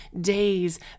Days